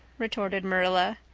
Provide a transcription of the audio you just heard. retorted marilla.